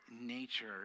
nature